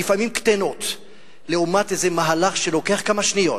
לפעמים קטנות לעומת איזה מהלך שלוקח כמה שניות